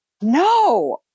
no